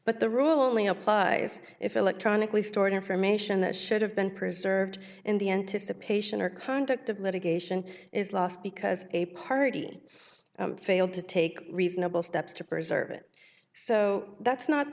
but the rule only applies if electronically stored information that should have been preserved in the anticipation or conduct of litigation is lost because a party failed to take reasonable steps to preserve it so that's not